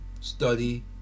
study